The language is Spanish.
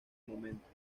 momento